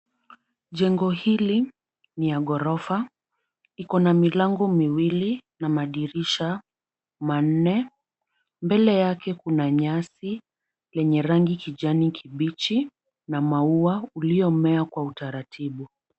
Jengo hili ni ya ghorofa. Iko na milango miwili na madirisha manne. Mbele yake kuna nyasi lenye rangi kijani kibichi na maua uliomea kwa utaratibu.